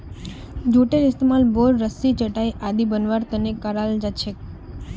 जूटेर इस्तमाल बोर, रस्सी, चटाई आदि बनव्वार त न कराल जा छेक